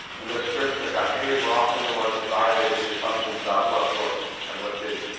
and the scripts that got made were often the ones that violated the assumptions about what worked and what didn't.